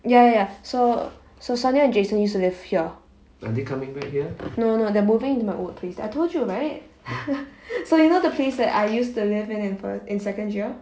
ya ya ya so so sonya and jason used to live here no no no they are moving into my old place I told you right so you know the place that I used to live in for in second year